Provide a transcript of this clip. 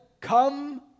Come